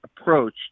approach